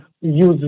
use